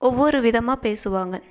ஒவ்வொரு விதமாக பேசுவாங்க